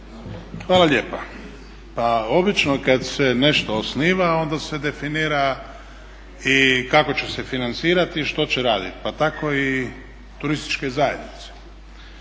Hvala lijepa. Pa obično kad se nešto osniva onda se definira i kako će se financirati i što će raditi, pa tako i turističke zajednice.